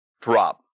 drop